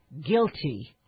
guilty